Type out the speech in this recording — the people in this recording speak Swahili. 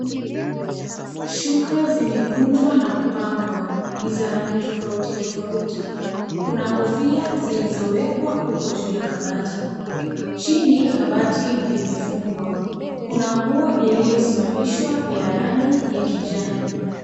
Shuka zimekunjwa na kupangwa . Ni za rangi tofauti tofauti ,kuna kofia zilizowekwa huko juu ya kabati, chini kabati limefungwa. Kuna nguo lililosimamishwa la rangi ya kijani.